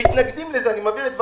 אני מבהיר את דבריי.